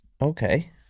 Okay